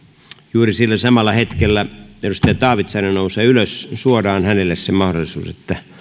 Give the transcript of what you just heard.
juuri sillä samalla hetkellä edustaja taavitsainen nousee ylös suodaan hänelle se mahdollisuus